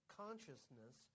consciousness